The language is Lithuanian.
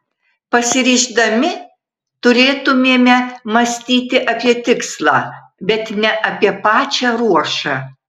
pasiryždami turėtumėme mąstyti apie tikslą bet ne apie pačią ruošą